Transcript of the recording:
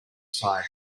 side